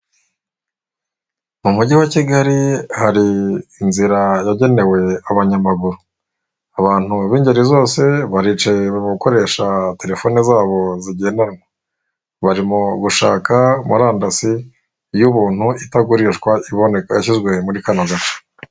Mu mujyi wa Kigali hari inzira yagenewe abanyamaguru, abantu b'ingeri zose baricaye, bari mu gukoresha telefone zabo zigendanwa, bari mu gushaka murandasi y'ubuntu, itagurishwa, iboneka, yashyizwe muri kano gace.